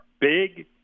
big